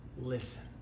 listen